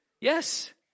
yes